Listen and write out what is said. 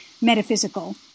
metaphysical